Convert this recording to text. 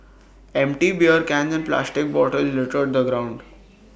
empty beer cans and plastic bottles littered the ground